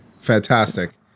Fantastic